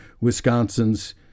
Wisconsin's